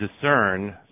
discern